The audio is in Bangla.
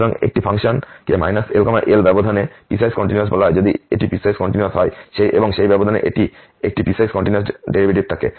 সুতরাং একটি ফাংশনকে L L ব্যবধানে পিসওয়াইস কন্টিনিউয়াস বলা হয় যদি এটি পিসওয়াইস কন্টিনিউয়াস হয় এবং সেই ব্যবধানে এটি একটি পিসওয়াইস কন্টিনিউয়াস ডেরিভেটিভ থাকে